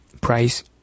price